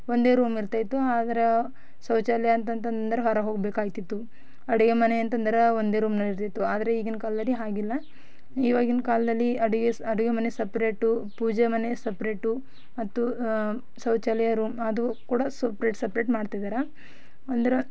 ಒಂದೇ ರೂಮ್ ಇರ್ತಾ ಇತ್ತು ಆದ್ರೆ ಶೌಚಾಲಯ ಅಂತಂತಂದ್ರೆ ಹೊರ ಹೋಗಬೇಕಾಯ್ತಿತ್ತು ಅಡುಗೆ ಮನೆ ಅಂತಂದ್ರೆ ಒಂದೇ ರೂಮ್ನಲ್ಲಿರ್ತಿತ್ತು ಆದರೆ ಈಗಿನ ಕಾಲದಲ್ಲಿ ಹಾಗಿಲ್ಲ ಇವಾಗಿನ ಕಾಲದಲ್ಲಿ ಅಡುಗೆ ಸಹ ಅಡುಗೆ ಮನೆ ಸಪ್ರೇಟು ಪೂಜೆ ಮನೆ ಸಪ್ರೇಟು ಮತ್ತು ಶೌಚಾಲಯ ರೂಮ್ ಅದು ಕೂಡ ಸುಪ್ರೇಟ್ ಸಪ್ರೇಟ್ ಮಾಡ್ತಿದಾರೆ ಅಂದ್ರೆ